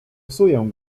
psuję